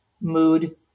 mood